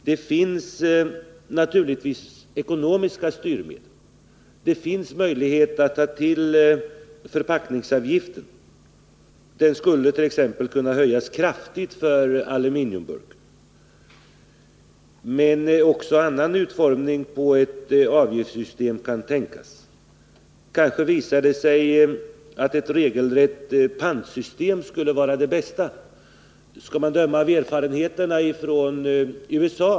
Det finns naturligtvis ekonomiska styrmedel. Man har exempelvis möjlighet att kraftigt höja förpackningsavgiften för aluminiumburkar. Men man kan också tänka sig en annan utformning av ett avgiftssystem. Kanske visar det sig att ett regelrätt pantsystem skulle vara det bästa. Härpå tyder erfarenheterna från USA.